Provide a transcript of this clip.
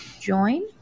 join